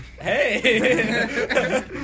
hey